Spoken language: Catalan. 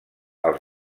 els